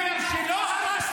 מי היה בעזה?